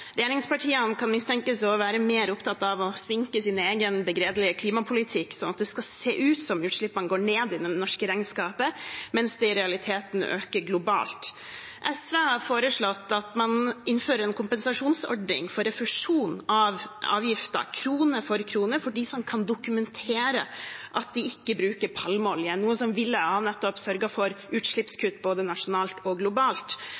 Regjeringspartiene kan mistenkes for å være veldig opptatt av å sminke sin egen begredelige klimapolitikk, sånn at det skal se ut som om utslippene går ned i det norske regnskapet, mens det i realiteten øker globalt. SV har foreslått at man innfører en kompensasjonsordning for refusjon av avgifter krone for krone for dem som kan dokumentere at de ikke bruker palmeolje, noe som nettopp ville ha sørget for utslippskutt både nasjonalt og globalt.